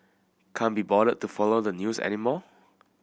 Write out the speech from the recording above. can't be bothered to follow the news anymore